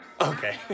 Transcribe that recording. Okay